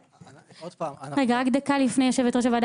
(אומרת דברים בשפת הסימנים,